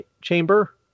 chamber